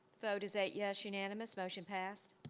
vote is eight yes, unanimous motion passed.